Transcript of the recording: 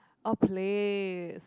oh place